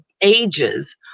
ages